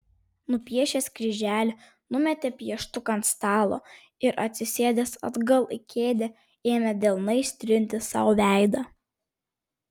nupiešęs kryželį numetė pieštuką ant stalo ir atsisėdęs atgal į kėdę ėmė delnais trinti sau veidą